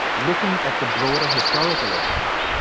looking at the broader historical evidence,